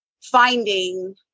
finding